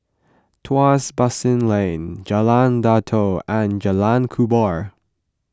Tuas Basin Lane Jalan Datoh and Jalan Kubor